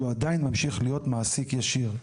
הוא עדיין ממשיך להיות מעסיק ישיר.